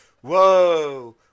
whoa